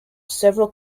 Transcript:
several